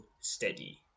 steady